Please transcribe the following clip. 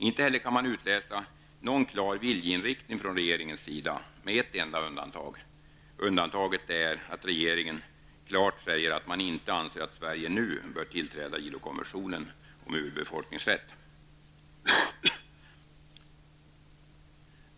Inte heller kan man utläsa någon klar viljeinriktning från regeringens sida med ett enda undantag, nämligen att regeringen klart säger att man inte anser att Sverige nu bör tillträda ILO-konventionen om ursprungsbefolkningsrätt.